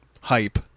hype